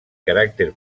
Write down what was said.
caràcter